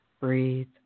breathe